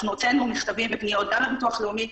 הוצאנו מכתבים ופניות גם לביטוח הלאומי,